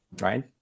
right